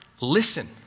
listen